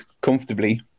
comfortably